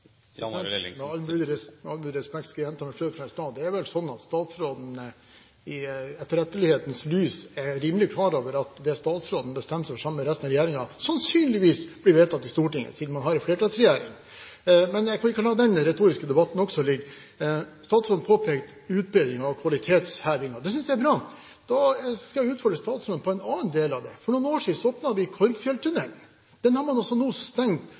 gjenta meg selv fra i stad: Det er vel slik at statsråden i etterrettelighetens lys er rimelig klar over at det statsråden bestemmer seg for sammen med resten av regjeringen, sannsynligvis blir vedtatt i Stortinget siden man har en flertallsregjering. Men la også den retoriske debatten ligge. Statsråden påpekte utbedring av kvalitetshevinger. Det synes jeg er bra. Da skal jeg utfordre statsråden på en annen del av det. For noen år siden åpnet vi Korgfjelltunnelen. Den har man nå stengt